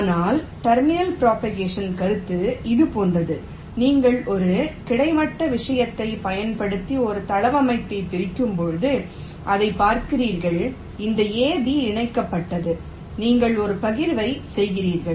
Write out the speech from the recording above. ஆனால் terminal propagation கருத்து இது போன்றது நீங்கள் ஒரு கிடைமட்ட விஷயத்தைப் பயன்படுத்தி ஒரு தளவமைப்பைப் பிரிக்கும்போது இதைப் பார்க்கிறீர்கள் இந்த AB இணைக்கப்பட்டது நீங்கள் ஒரு பகிர்வை செய்கிறீர்கள்